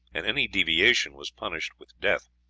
and any deviation was punished with death.